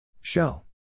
Shell